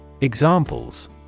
Examples